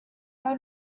crow